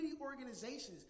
organizations